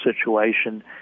situation